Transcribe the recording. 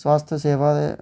स्वास्थ सेवा ऐ